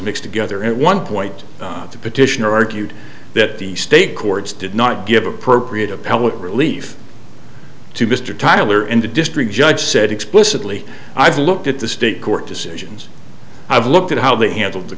mixed together at one point the petitioner argued that the state courts did not give appropriate appellate relief to mr tyler and the district judge said explicitly i've looked at the state court decisions i've looked at how they handled the